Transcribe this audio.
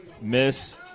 miss